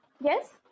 yes